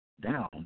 down